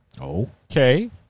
okay